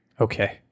Okay